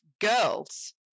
girls